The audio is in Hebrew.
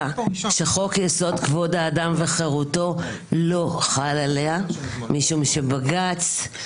בספטמבר 2014. ------ יש לך משהו אישי נגדי.